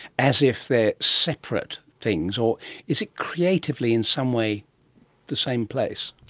as if they are separate things, or is it creatively in some way the same place?